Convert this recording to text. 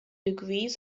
degrees